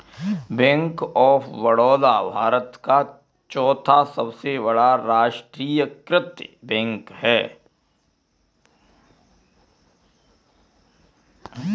bank of Baroda भारत का चौथा सबसे बड़ा राष्ट्रीयकृत बैंक है